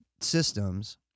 systems